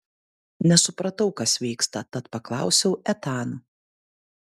nesupratau kas vyksta tad paklausiau etano